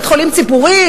בית-חולים ציבורי?